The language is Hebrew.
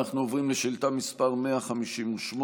אנחנו עוברים לשאילתה מס' 158,